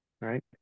right